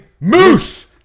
Moose